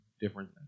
different